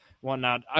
whatnot